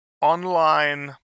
online